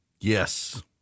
Yes